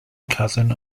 cousin